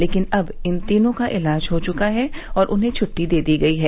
लेकिन अब इन तीनों का इलाज हो चुका है और उन्हें छुट्टी दे दी गई है